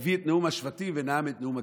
הוא הביא את נאום השבטים ונאם את נאום הגטאות.